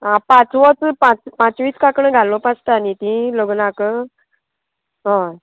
आ पांचवच पांच पांचवीच कांकणां घालप आसता न्ही ती लग्नाक हय